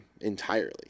entirely